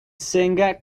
singer